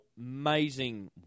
amazing